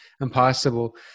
impossible